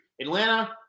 Atlanta